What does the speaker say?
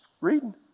reading